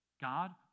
God